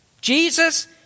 Jesus